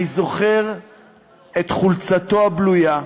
אני זוכר את חולצתו הבלויה,